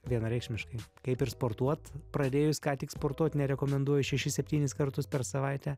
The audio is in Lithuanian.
vienareikšmiškai kaip ir sportuot pradėjus ką tik sportuot nerekomenduoju šešis septynis kartus per savaitę